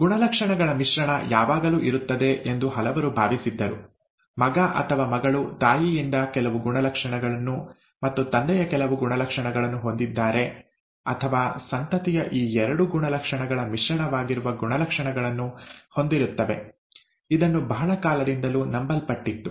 ಗುಣಲಕ್ಷಣಗಳ ಮಿಶ್ರಣ ಯಾವಾಗಲೂ ಇರುತ್ತದೆ ಎಂದು ಹಲವರು ಭಾವಿಸಿದ್ದರು ಮಗ ಅಥವಾ ಮಗಳು ತಾಯಿಯಿಂದ ಕೆಲವು ಗುಣಲಕ್ಷಣಗಳನ್ನು ಮತ್ತು ತಂದೆಯ ಕೆಲವು ಗುಣಲಕ್ಷಣಗಳನ್ನು ಹೊಂದಿದ್ದಾರೆ ಅಥವಾ ಸಂತತಿಯು ಈ ಎರಡೂ ಗುಣಲಕ್ಷಣಗಳ ಮಿಶ್ರಣವಾಗಿರುವ ಗುಣಲಕ್ಷಣಗಳನ್ನು ಹೊಂದಿರುತ್ತವೆ ಇದನ್ನು ಬಹಳ ಕಾಲದಿಂದಲೂ ನಂಬಲ್ಪಟ್ಟಿತ್ತು